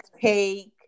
cake